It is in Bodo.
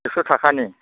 एकस'थाखानि